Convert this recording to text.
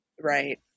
Right